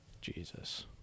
Jesus